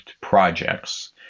projects